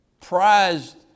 prized